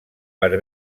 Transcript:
per